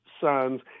Sons